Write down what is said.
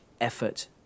effort